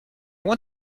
want